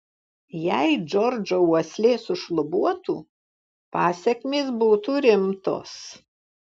jei džordžo uoslė sušlubuotų pasekmės būtų rimtos